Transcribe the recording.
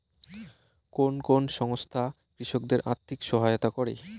কোন কোন সংস্থা কৃষকদের আর্থিক সহায়তা করে?